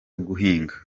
guhinga